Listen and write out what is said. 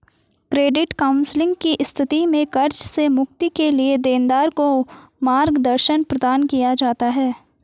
credit counselling की स्थिति में कर्ज से मुक्ति के लिए देनदार को मार्गदर्शन प्रदान किया जाता है